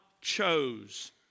chose